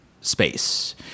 space